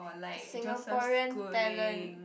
Singaporean talent